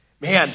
man